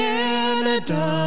Canada